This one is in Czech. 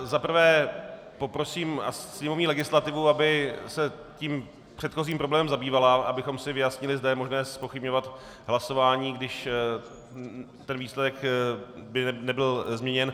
Za prvé, poprosím sněmovním legislativu, aby se tím předchozím problémem zabývala, abychom si vyjasnili, zda je možné zpochybňovat hlasování, když ten výsledek by nebyl změněn.